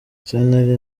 sentare